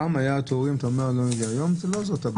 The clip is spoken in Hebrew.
פעם היו תורים אבל היום לא זאת הבעיה.